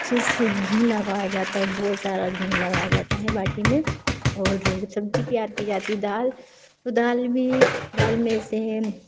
अच्छे से घी लगाया जाता है बहुत सारा घी लगाया जाता है बाटी में और जब सब्ज़ी तैयार की जाती है दाल तो दाल भी दाल में से हम